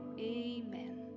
amen